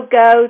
go